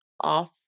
off